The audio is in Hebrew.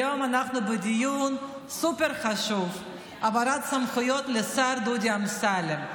היום אנחנו בדיון סופר-חשוב: העברת סמכויות לשר דודי אמסלם,